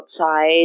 outside